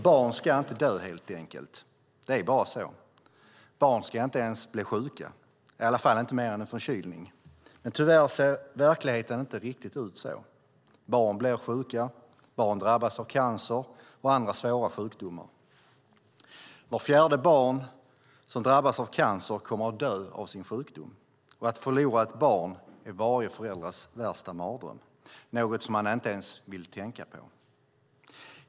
Barn ska helt enkelt inte dö. Det är bara så. Barn ska inte ens bli sjuka, i alla fall inte mer än i en förkylning. Tyvärr ser verkligheten inte riktigt ut så. Barn blir sjuka. Barn drabbas av cancer och av andra svåra sjukdomar. Vart fjärde barn som drabbas av cancer kommer att dö av sin sjukdom. Att förlora ett barn är varje förälders värsta mardröm, något man inte ens vill tänka på.